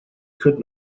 could